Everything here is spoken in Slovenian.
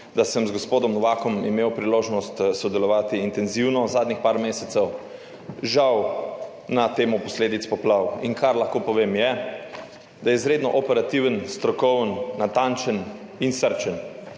sem z gospodom Novakom imel priložnost sodelovati intenzivno zadnjih par mesecev, žal na temo posledic poplav. In kar lahko povem, je, da je izredno operativen, strokoven, natančen in srčen,